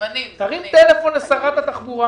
טלפון לשרת התחבורה.